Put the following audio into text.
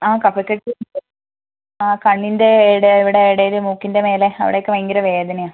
ആ കഫക്കെട്ട് ആ കണ്ണിൻ്റെ ഇവിടെ ഇവിടെ ഇടയിൽ മൂക്കിൻ്റെ മേലെ അവിടെയൊക്കെ ഭയങ്കര വേദനയാണ്